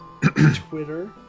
Twitter